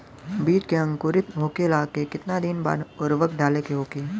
बिज के अंकुरित होखेला के कितना दिन बाद उर्वरक डाले के होखि?